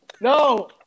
no